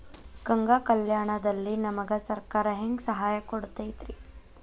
ಗಂಗಾ ಕಲ್ಯಾಣ ದಲ್ಲಿ ನಮಗೆ ಸರಕಾರ ಹೆಂಗ್ ಸಹಾಯ ಕೊಡುತೈತ್ರಿ?